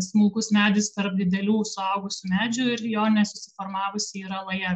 smulkus medis tarp didelių suaugusių medžių ir jo nesusiformavusi yra laja